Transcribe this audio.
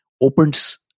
opens